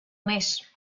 més